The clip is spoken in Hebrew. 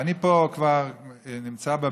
ואני כבר נמצא פה,